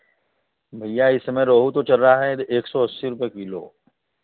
भैया इस समय रोहू तो चल रहा है यदि एक सौ अस्सी रुपये किलो